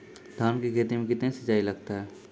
धान की खेती मे कितने सिंचाई लगता है?